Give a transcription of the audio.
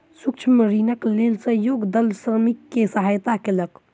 सूक्ष्म ऋणक लेल सहयोग दल श्रमिक के सहयता कयलक